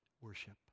worship